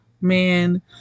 man